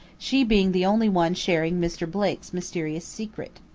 she being the only one sharing mr. blake's mysterious secret.